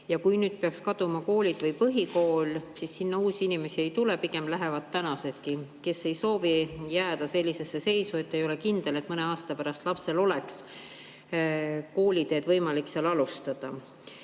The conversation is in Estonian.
Kui nüüd peaks kaduma kool, ka põhikool, siis sinna uusi inimesi ei tule, pigem lähevad ära tänasedki, kes ei soovi jääda sellisesse seisu, et ei ole kindel, et mõne aasta pärast oleks lapsel võimalik seal kooliteed